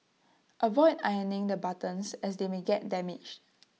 avoid ironing the buttons as they may get damaged